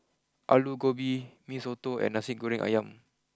Aloo Gobi Mee Soto and Nasi Goreng Ayam